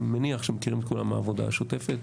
אני מניח שמכירים את כולם, העבודה השוטפת,